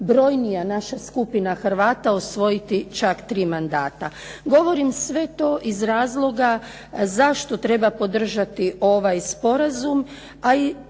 najbrojnija naša skupina Hrvata, osvojiti čak 3 mandata. Govorim sve to iz razloga zašto treba podržati ovaj sporazum,